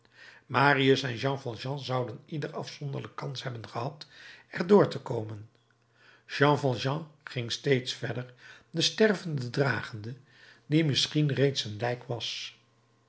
marius en jean valjean zouden ieder afzonderlijk kans hebben gehad er door te komen jean valjean ging steeds verder den stervende dragende die misschien reeds een lijk was